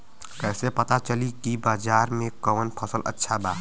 कैसे पता चली की बाजार में कवन फसल अच्छा बा?